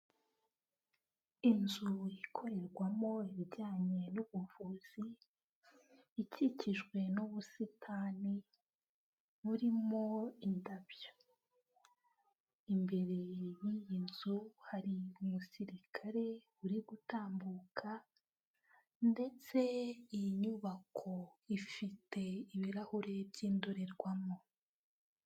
Inzu ikorerwamo ibijyanye n'ubuvuzi, ikikijwe n'ubusitani burimo indabyo, imbere y'iyi nzu hari umusirikare uri gutambuka ndetse iyi nyubako ifite ibirahure by'indorerwamo.